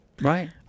right